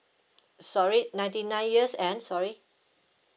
sorry ninety nine years and sorry